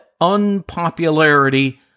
unpopularity